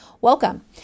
Welcome